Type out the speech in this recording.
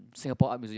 Singapore Art Museum